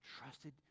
trusted